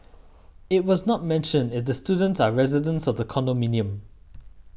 it was not mentioned if the students are residents of the condominium